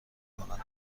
کنند